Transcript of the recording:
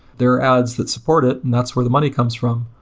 there are ads that support it, and that's where the money comes from.